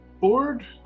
Board